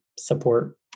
support